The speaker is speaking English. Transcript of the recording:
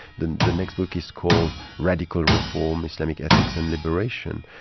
the the next book is called radical reformist like ethics and liberation,